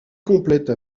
complète